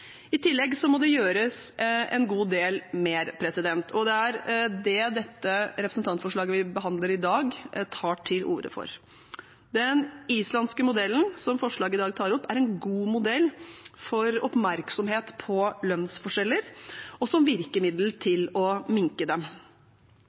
I tillegg må det gjøres en god del mer, og det er det det representantforslaget vi behandler i dag, tar til orde for. Den islandske modellen som forslaget i dag tar opp, er en god modell for oppmerksomhet på lønnsforskjeller og som virkemiddel